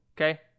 okay